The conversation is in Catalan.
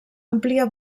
àmplia